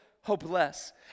hopeless